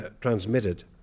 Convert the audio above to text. transmitted